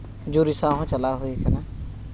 ᱡᱩᱨᱤ ᱥᱟᱶ ᱦᱚᱱ ᱪᱟᱞᱟᱣ ᱦᱩᱭ ᱠᱟᱱᱟ